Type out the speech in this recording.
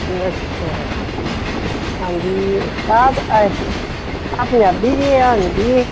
ਓ ਅੱਛਾ ਹਾਂਜੀ ਆਹ ਪੰਜਾਬੀ ਦੀ ਆ ਹਿੰਦੀ ਹੈ